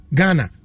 Ghana